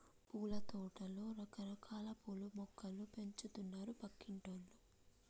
పూలతోటలో రకరకాల పూల మొక్కలు పెంచుతున్నారు పక్కింటోల్లు